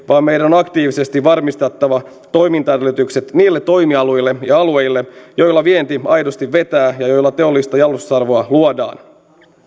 vaan meidän on aktiivisesti varmistettava toimintaedellytykset niille toimialueille ja alueille joilla vienti aidosti vetää ja joilla teollista jalostusarvoa luodaan